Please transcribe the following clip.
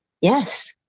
Yes